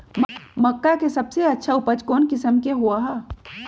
मक्का के सबसे अच्छा उपज कौन किस्म के होअ ह?